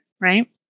right